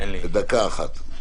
דקה אחת.